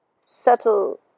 subtle